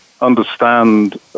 understand